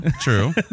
true